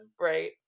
right